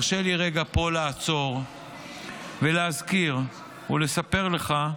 הרשה לי רגע פה לעצור ולהזכיר ולספר לך,